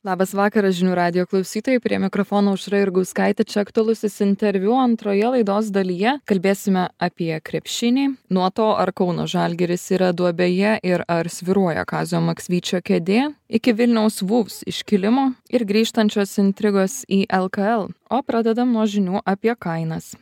labas vakaras žinių radijo klausytojai prie mikrofono aušra jurgauskaitė čia aktualusis interviu antroje laidos dalyje kalbėsime apie krepšinį nuo to ar kauno žalgiris yra duobėje ir ar svyruoja kazio maksvyčio kėdė iki vilniaus vuvs iškilimo ir grįžtančios intrigos į lkl o pradedam nuo žinių apie kainas